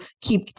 keep